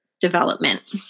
development